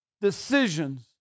decisions